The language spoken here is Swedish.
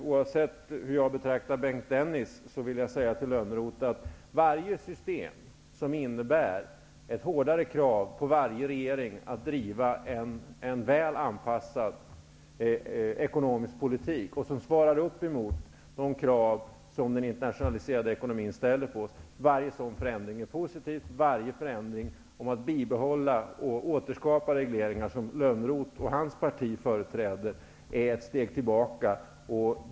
Oavsett hur jag betraktar Bengt Dennis, vill jag säga att varje system som innebär ett hårdare krav på varje regering att driva en väl anpassad ekonomisk politik, som svarar upp mot de krav som den internationaliserade ekonomin ställer på oss, är positivt. Varje förslag om att bibehålla och återskapa regleringar, som Johan Lönnroth och hans parti företräder, är ett steg tillbaka.